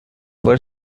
were